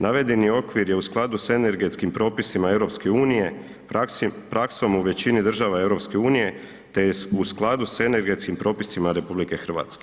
Navedeni okvir je u skladu sa energetskim propisima EU, praksom u većini država EU te je u skladu sa energetskim propisima RH.